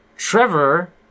Trevor